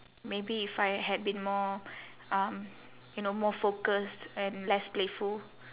maybe if I had been more um you know more focused and less playful